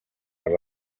per